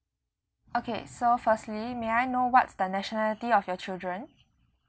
okay so firstly may I know what's the nationality of your children